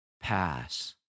pass